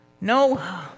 no